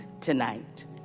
tonight